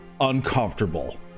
uncomfortable